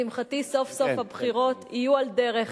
לשמחתי, סוף-סוף הבחירות יהיו על דרך.